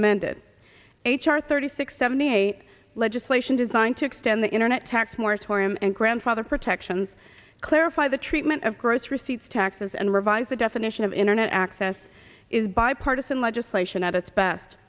amended h r thirty six seventy eight legislation designed to extend the internet tax moratorium and grandfather protections clarify the treatment of gross receipts taxes and revise the definition of internet access is bipartisan legislation at its best